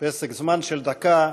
פסק זמן של דקה.